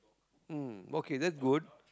mm okay that's good